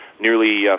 nearly